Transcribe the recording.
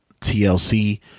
TLC